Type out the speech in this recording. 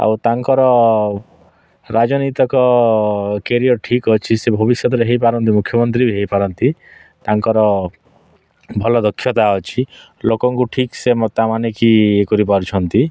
ଆଉ ତାଙ୍କର ରାଜନୀତିକ କ୍ୟାରିଅର୍ ଠିକ୍ ଅଛି ସେ ଭବିଷ୍ୟତରେ ହୋଇପାରନ୍ତି ମୁଖ୍ୟମନ୍ତ୍ରୀ ବି ହୋଇପାରନ୍ତି ତାଙ୍କର ଭଲ ଦକ୍ଷତା ଅଛି ଲୋକଙ୍କୁ ଠିକ୍ସେ ମତା ବନେଇକି କରିପାରୁଛନ୍ତି